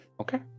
Okay